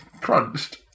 crunched